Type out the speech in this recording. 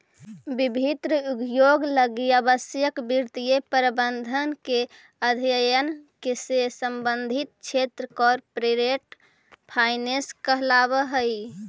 विभिन्न उद्योग लगी आवश्यक वित्तीय प्रबंधन के अध्ययन से संबद्ध क्षेत्र कॉरपोरेट फाइनेंस कहलावऽ हइ